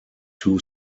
two